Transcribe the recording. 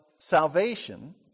salvation